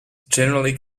generally